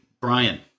Brian